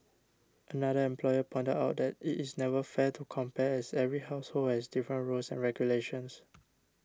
another employer pointed out that it is never fair to compare as every household has different rules and regulations